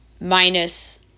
Minus